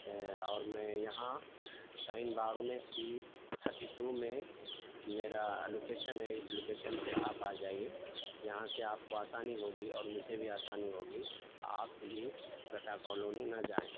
اور میں یہاں شاہین باغ میں سی تھرٹی ٹو میں میرا لوکیشن ہے اس لوکیشن پہ آپ آ جائیے یہاں سے آپ کو آسانی ہوگی اور مجھے بھی آسانی ہوگی آپ پلیز گڈھا کالونی نہ جائیں